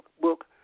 book